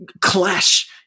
clash